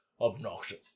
obnoxious